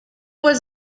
was